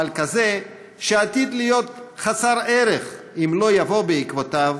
אבל כזה שעתיד להיות חסר ערך אם לא יבוא בעקבותיו